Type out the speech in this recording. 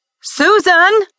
Susan